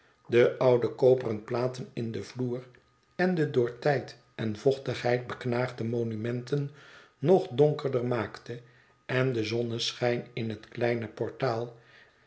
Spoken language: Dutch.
de oude koperen platen in den vloer en de door tijd en vochtigheid beknaagde monumenten nog donkerder maakte en den zonneschijn in het kleine portaal